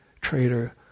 trader